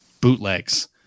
bootlegs